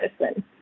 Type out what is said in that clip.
medicine